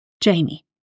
Jamie